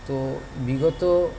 তো বিগত